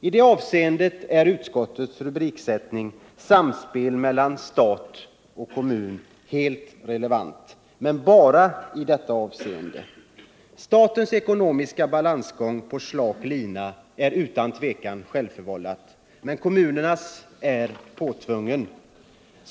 I det avseendet är utskottets rubriksättning, Samspel mellan stat och kommun, helt relevant — men bara i detta avseende. Statens ekonomiska balansgång på slak lina är utan tvivel självförvållad, men kommunernas är påtvungen.